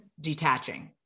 detaching